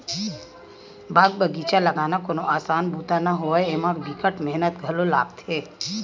बाग बगिचा लगाना कोनो असान बूता नो हय, एमा बिकट मेहनत घलो लागथे